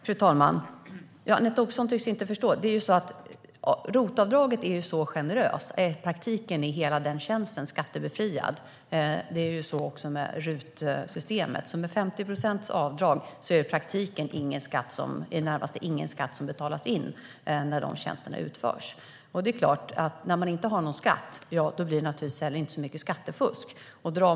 Fru talman! Anette Åkesson tycks inte förstå. ROT-avdraget är så generöst att hela den tjänsten i praktiken är skattebefriad. Så är det också med RUT-systemet. Med ett avdrag på 50 procent är det i det närmaste inte någon skatt som betalas in när dessa tjänster utförs. Det är klart att när man inte har någon skatt, ja, då blir det naturligtvis inte heller så mycket skattefusk.